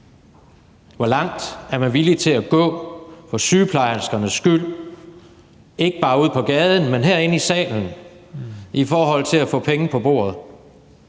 Hvor langt er man villig til at gå for sygeplejerskernes skyld, ikke bare ude på gaden, men også herinde i salen, i forhold til at få penge på bordet